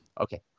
Okay